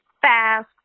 fast